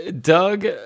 Doug